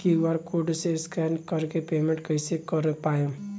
QR code से scan कर के पेमेंट कइसे कर पाएम?